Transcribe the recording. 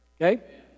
Okay